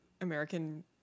American